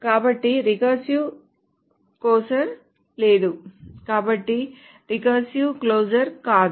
కాబట్టి recursive closure లేదు కాబట్టి రికర్సివ్ క్లోసర్ కాదు